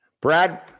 Brad